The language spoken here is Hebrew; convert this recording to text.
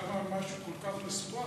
למה משהו כל כך מסובך,